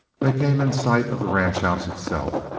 they came in sight of the ranch house itself.